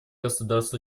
государств